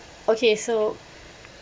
okay so